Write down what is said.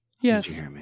Yes